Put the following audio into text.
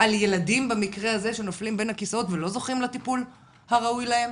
על ילדים במקרה הזה שנופלים בין הכיסאות ולא זוכים לטיפול הראוי להם